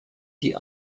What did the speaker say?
die